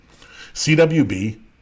CWB